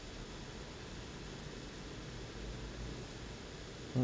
mm